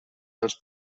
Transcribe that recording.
dels